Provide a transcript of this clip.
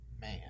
Man